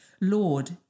Lord